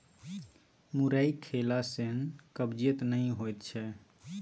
मुरइ खेला सँ कब्जियत नहि होएत छै